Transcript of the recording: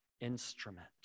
instrument